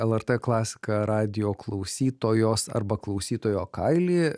lrt klasika radijo klausytojos arba klausytojo kailį